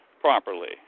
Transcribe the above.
properly